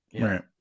right